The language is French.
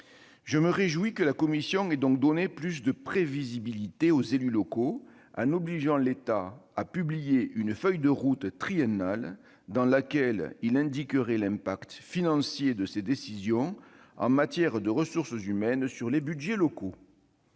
Je me réjouis que la commission ait donc donné plus de prévisibilité aux élus locaux en obligeant l'État à publier une feuille de route triennale dans laquelle il indiquerait l'incidence financière sur les budgets locaux de ses décisions en matière de ressources humaines. Je me félicite